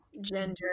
gender